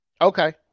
Okay